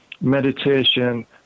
meditation